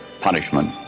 punishment